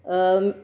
अम